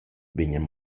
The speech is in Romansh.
vegnan